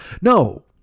No